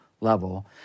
level